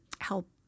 help